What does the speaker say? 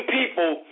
people